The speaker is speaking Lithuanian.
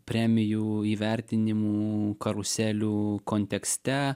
premijų įvertinimų karuselių kontekste